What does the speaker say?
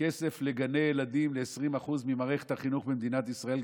כסף לגני ילדים ל-20% ממערכת החינוך במדינת ישראל,